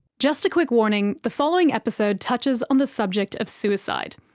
just a quick warning, the following episode touches on the subject of suicide.